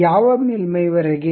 ಯಾವ ಮೇಲ್ಮೈ ವರೆಗೆ